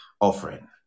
offering